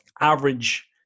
average